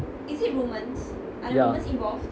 ya